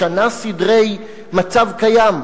משנה סדרי מצב קיים.